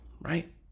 right